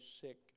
sick